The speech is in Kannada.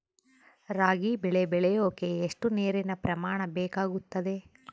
ರಾಗಿ ಬೆಳೆ ಬೆಳೆಯೋಕೆ ಎಷ್ಟು ನೇರಿನ ಪ್ರಮಾಣ ಬೇಕಾಗುತ್ತದೆ?